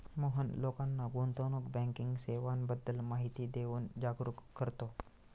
मोहन लोकांना गुंतवणूक बँकिंग सेवांबद्दल माहिती देऊन जागरुक करतो